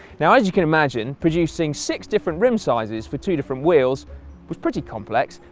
now as you can imagine, producing six different rim sizes for two different wheels was pretty complex,